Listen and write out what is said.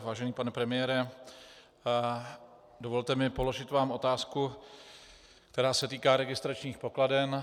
Vážený pane premiére, dovolte mi položit vám otázku, která se týká registračních pokladen.